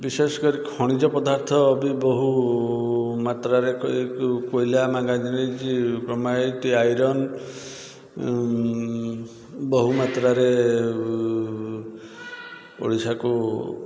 ବିଶେଷ କରି ଖଣିଜ ପଦାର୍ଥ ବି ବୋହୁ ମାତ୍ରାରେ କୋଇଲା ମାଙ୍ଗାନିଜ୍ କ୍ରୋମାଇଟ୍ ଆଇରନ୍ ବହୁମାତ୍ରାରେ ଓଡ଼ିଶାକୁ